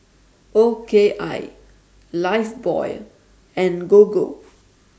O K I Lifebuoy and Gogo